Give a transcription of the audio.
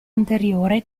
anteriore